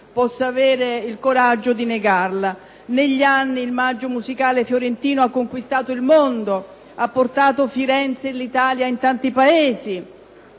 possa avere il coraggio di negarlo. Negli anni, il Maggio musicale fiorentino ha conquistato il mondo, ha portato Firenze e l'Italia in tanti Paesi;